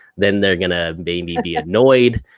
then they're gonna maybe be annoyed,